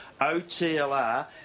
OTLR